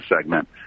segment